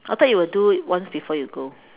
I thought you will do it once before you go